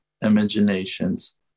imaginations